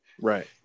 Right